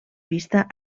vista